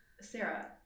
Sarah